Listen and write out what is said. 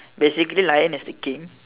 basically lion is the King